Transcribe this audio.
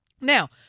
Now